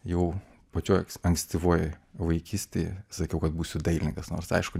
jau pačioj ankstyvoj vaikystėj sakiau kad būsiu dailininkas nors aišku